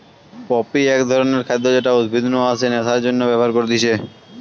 poppy এক ধরণের খাদ্য যেটা উদ্ভিদ নু আসে নেশার জন্যে ব্যবহার করতিছে